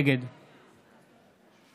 נגד